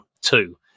two